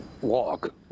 walk